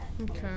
Okay